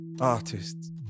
artists